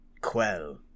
quell